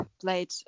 played